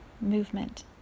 movement